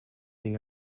inga